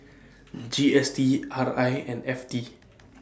G S T R I and F T